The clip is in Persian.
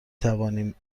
توانیم